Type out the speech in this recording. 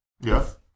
Yes